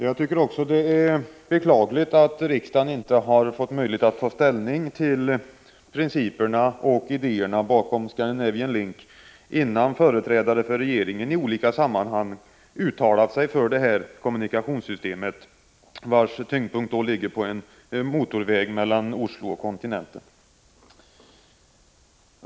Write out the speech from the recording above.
Herr talman! Jag tycker också att det är beklagligt att riksdagen inte har fått möjlighet att ta ställning till principerna och idéerna bakom Scandinavian Link innan företrädare för regeringen i olika sammanhang uttalat sig för det här kommunikationssystemet, vars tyngdpunkt ligger på en motorväg mellan Oslo och kontinenten.